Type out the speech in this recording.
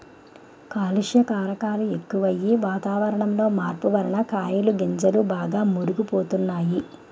కాలుష్య కారకాలు ఎక్కువయ్యి, వాతావరణంలో మార్పు వలన కాయలు గింజలు బాగా మురుగు పోతున్నాయి